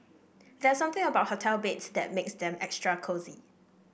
there's something about hotel beds that makes them extra cosy